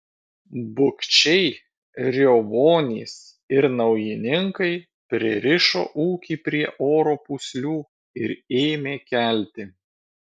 bukčiai riovonys ir naujininkai pririšo ūkį prie oro pūslių ir ėmė kelti